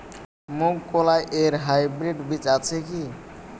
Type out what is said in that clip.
মুগকলাই এর হাইব্রিড বীজ আছে কি?